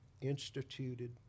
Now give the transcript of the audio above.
instituted